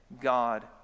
God